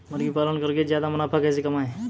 मुर्गी पालन करके ज्यादा मुनाफा कैसे कमाएँ?